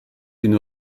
une